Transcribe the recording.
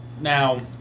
Now